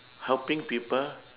helping people